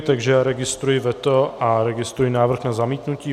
Takže já registruji veto a registruji návrh na zamítnutí.